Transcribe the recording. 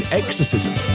exorcism